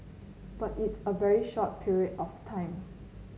but it's a very short period of time